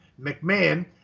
McMahon